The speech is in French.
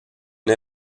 une